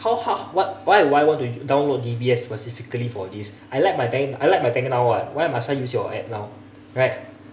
how how why why would I want to download D_B_S specifically for this I like my bank I like my bank now [what] why must I use your app now right